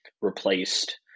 replaced